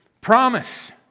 promise